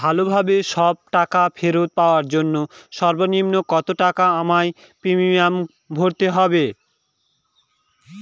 ভালোভাবে সব টাকা ফেরত পাওয়ার জন্য সর্বনিম্ন কতটাকা আমায় প্রিমিয়াম ভরতে হবে?